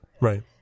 right